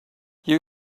you